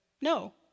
no